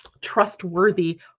trustworthy